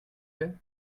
plait